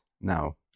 now